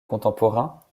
contemporains